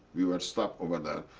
we were stopped over there.